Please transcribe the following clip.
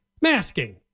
Masking